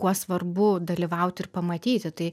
kuo svarbu dalyvauti ir pamatyti tai